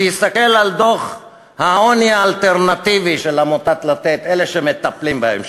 שיסתכל על דוח העוני האלטרנטיבי של עמותת "לתת" אלה שמטפלים בהם.